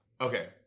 Okay